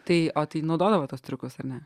tai o tai naudodavot tuos triukus ar ne